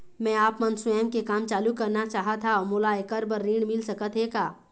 मैं आपमन स्वयं के काम चालू करना चाहत हाव, मोला ऐकर बर ऋण मिल सकत हे का?